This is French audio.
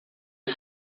est